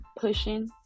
Pushing